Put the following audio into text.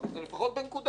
לפחות בנקודה אחת נתקדם.